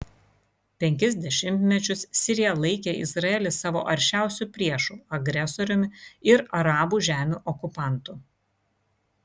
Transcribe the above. penkis dešimtmečius sirija laikė izraelį savo aršiausiu priešu agresoriumi ir arabų žemių okupantu